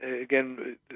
again